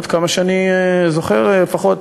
עד כמה שאני זוכר לפחות.